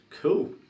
Cool